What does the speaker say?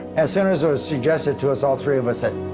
as soon as it was suggested to us, all three of us said,